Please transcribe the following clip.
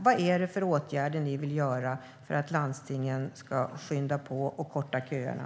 Vilka åtgärder vill ni vidta för att landstingen ska skynda på och korta köerna?